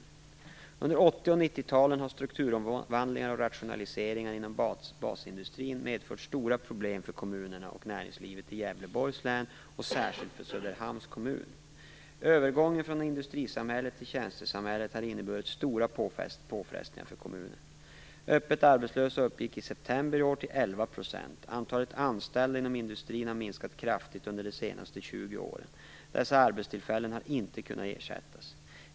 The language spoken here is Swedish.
Under 1980 och 1990-talen har strukturomvandlingar och rationaliseringar inom basindustrin medfört stora problem för kommunerna och näringslivet i Övergången från industrisamhälle till tjänstesamhälle har inneburit stora påfrestningar för kommunen. Öppet arbetslösa uppgick i september i år till 11 %. Antalet anställda inom industrin har minskat kraftigt under de senaste 20 åren. Dessa arbetstillfällen har inte kunnat ersättas.